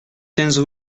quinze